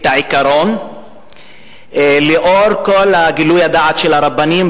את העיקרון לאור כל גילוי הדעת של הרבנים,